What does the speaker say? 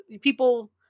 people